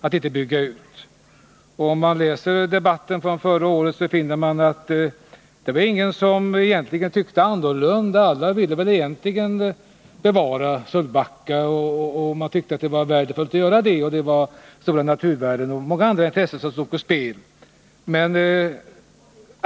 Den som läser protokollet från debatten förra året finner att alla egentligen ville bevara Sölvbacka. Man tyckte att det var värdefullt att göra det — stora naturvärden och andra viktiga intressen stod på spel.